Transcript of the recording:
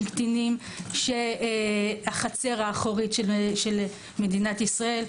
קטינים של החצר האחורית של מדינת ישראל.